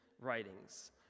writings